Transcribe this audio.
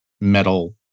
metal